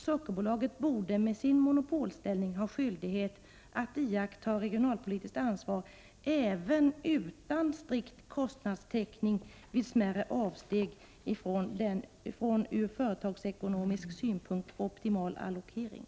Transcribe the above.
Sockerbolaget borde med sin monopolställning ha skyldighet att iaktta regionalpolitiskt ansvar även utan strikt kostnadstäckning vid smärre avsteg från ur företagsekonomisk synpunkt optimal allokering.